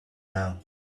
now